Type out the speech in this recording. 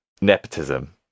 nepotism